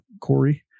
Corey